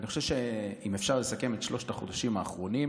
אני חושב שאם אפשר לסכם את שלושת החודשים האחרונים,